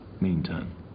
Meantime